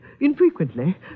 infrequently